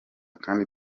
kandi